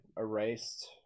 erased